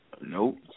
Nope